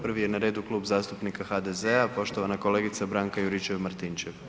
Prvi je na redu Klub zastupnika HDZ-a i poštovana kolegica Branka Juričev-Martinčev.